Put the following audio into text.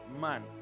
man